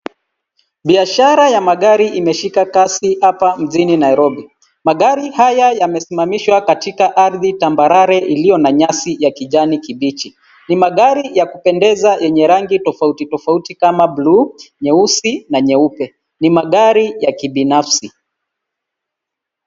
Biashara ya magari imeshika kasi hapa jijini Nairobi. Magari haya yameaimamishwa katika ardhi tambarare iliyo na nyasi ya kijani kibichi. Ni magari ya kupendeza yenye rangi tofauti tofauti kama bluu, nyeusi na nyeupe. Ni magari ya kibinafsi.